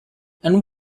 and